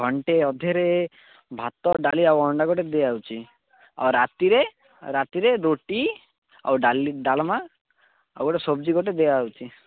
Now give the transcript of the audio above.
ଘଣ୍ଟେ ଅଧେରେ ଭାତ ଡାଲି ଆଉ ଅଣ୍ଡା ଗୋଟେ ଦିଆ ହେଉଛି ଆଉ ରାତିରେ ରାତିରେ ରୁଟି ଆଉ ଡାଲି ଡାଲମା ଆଉ ଗୋଟେ ସବଜି ଗୋଟେ ଦିଆହେଉଛି